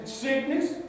sickness